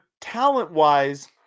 talent-wise